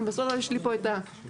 יש לי פה את הפירוט.